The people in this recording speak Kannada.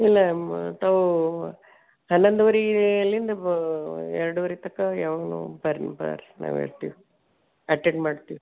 ಇಲ್ಲ ಮ ತಾವು ಹನ್ನೊಂದೂವರೆ ಎಲ್ಲಿಂದ ಬ ಎರಡೂವರೆ ತನ್ಕ ಯಾವಾಗಾರೂ ಬನ್ರಿ ಬನ್ರಿ ನಾವು ಇರ್ತೀವಿ ಅಟೆಂಡ್ ಮಾಡ್ತೀವಿ